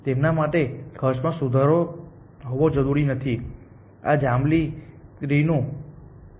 તેમના માટે ખર્ચમાં સુધારો જરૂરી હોવો જોઈએ